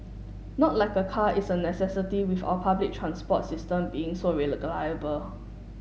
not like a car is a necessity with our public transport system being so